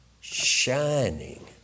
shining